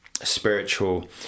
spiritual